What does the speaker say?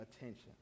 attention